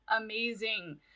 amazing